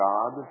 God